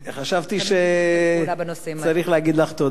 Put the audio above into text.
חשבתי שצריך להגיד לך תודה,